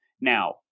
Now